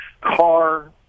car